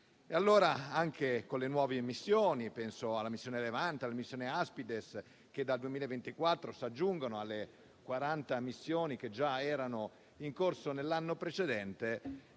Allora anche con le nuove missioni, come la missione Levante e la missione Aspides, che dal 2024 si aggiungono alle 40 già in corso nell'anno precedente,